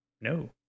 No